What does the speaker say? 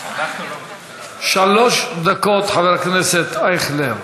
שלוש דקות, חבר הכנסת אייכלר,